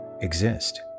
exist